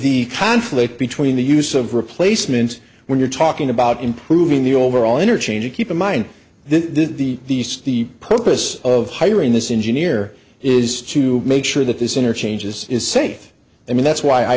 the conflict between the use of replacement when you're talking about improving the overall interchange you keep in mind then the the purpose of hiring this engine ear is to make sure that this interchanges is safe i mean that's why i